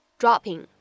dropping